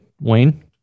Wayne